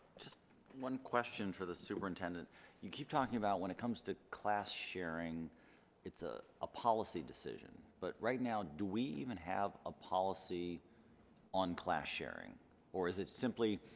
just one question for the superintendent you keep talking about when it comes to class sharing it's ah a policy decision but right now do we even have a policy on class sharing or is it simply